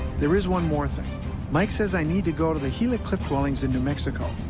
there is one more thing mike says i need to go to the gila cliff dwellings in new mexico.